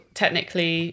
technically